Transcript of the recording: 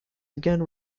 again